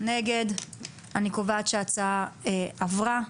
הצבעה ההצעה אושרה.